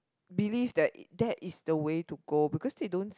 believe that that is the way to go because they don't